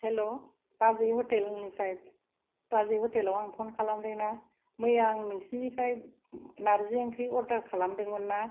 हेल' बाजै हटेलनिफ्राय बाजै हटेलाव आं फन खालामदोंना मैया आं नोंसिनिफ्राय नारजि ओंख्रि अर्डार खालामदोंमोनना